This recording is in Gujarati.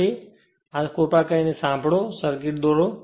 જ્યારે આ સાંભળો કૃપા કરીને સરળ સર્કિટદોરો